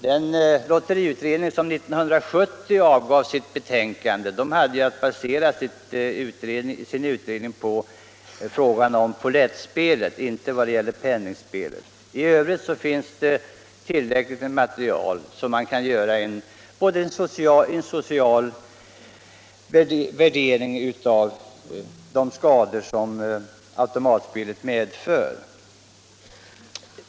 Den lotteriutredning som 1970 avgav sitt betänkande hade baserat sin undersökning på pollettspelet, inte på penningspelet. I övrigt finns tillräckligt med material för att man skall kunna göra en social värdering av de skador som automatspelet medför.